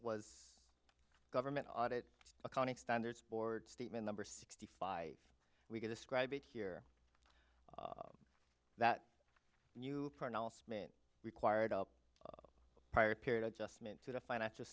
was government audit accounting standards board statement number sixty five we could describe it here that new pronouncement required a prior period adjustment to the financial